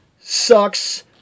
sucks